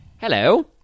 hello